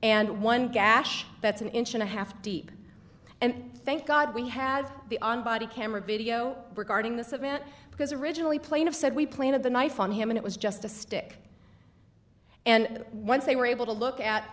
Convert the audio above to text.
and one gash that's an inch and a half deep and thank god we have the on body camera video regarding this event because originally plaintiff said we planted the knife on him and it was just a stick and once they were able to look at